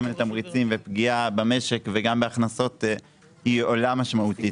מיני תמריצים ופגיעה במשק וגם בהכנסות עולה משמעותית.